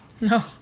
No